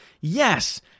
Yes